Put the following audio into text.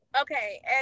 Okay